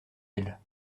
elles